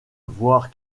voire